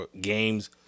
Games